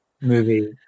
movie